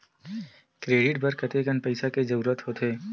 Credit बर कतेकन पईसा के जरूरत होथे?